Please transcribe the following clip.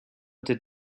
did